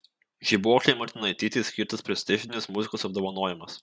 žibuoklei martinaitytei skirtas prestižinis muzikos apdovanojimas